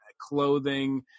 clothing